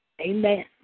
amen